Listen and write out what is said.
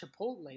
Chipotle